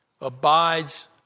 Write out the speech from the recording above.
Abides